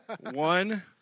one